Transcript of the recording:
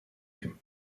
him